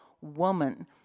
woman